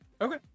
Okay